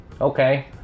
okay